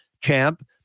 champ